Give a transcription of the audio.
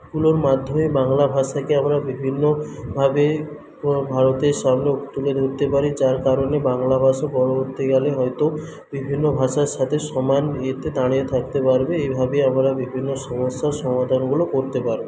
ওনার মাধ্যমেই বাংলা ভাষাকে আমরা বিভিন্নভাবে ভারতের সামনে তুলে ধরতে পারি যার কারণে বাংলা ভাষা পরবর্তীকালে হয়তো বিভিন্ন ভাষার সঙ্গে সমান ইয়েতে দাঁড়িয়ে থাকতে পারবে এইভাবেই আমরা বিভিন্ন সমস্যার সমাধানগুলো করতে পারব